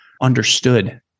understood